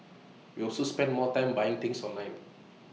we also spend more time buying things online